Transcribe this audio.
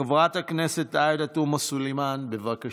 חברת הכנסת עאידה תומא סלימאן, בבקשה.